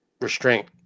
restraint